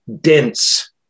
dense